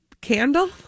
candle